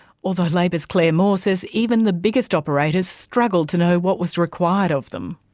although labor's claire moore says even the biggest operators struggled to know what was required of them.